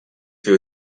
fait